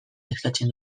eskatzen